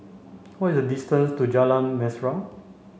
what is the distance to Jalan Mesra